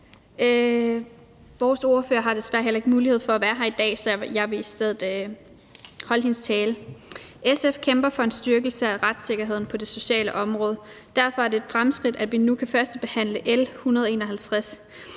SF kæmper for en styrkelse af retssikkerheden på det sociale område. Derfor er det et fremskridt, at vi nu kan førstebehandle L 151,